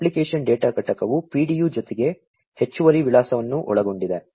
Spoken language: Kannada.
ಮತ್ತು ಅಪ್ಲಿಕೇಶನ್ ಡೇಟಾ ಘಟಕವು PDU ಜೊತೆಗೆ ಹೆಚ್ಚುವರಿ ವಿಳಾಸವನ್ನು ಒಳಗೊಂಡಿದೆ